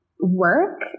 work